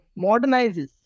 modernizes